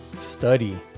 study